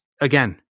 again